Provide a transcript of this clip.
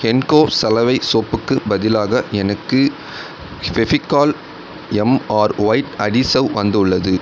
ஹென்கோ சலவை சோப்புக்கு பதிலாக எனக்கு ஃபெவிக்கால் எம்ஆர் ஒயிட் அடிசெவ் வந்துள்ளது